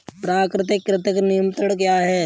प्राकृतिक कृंतक नियंत्रण क्या है?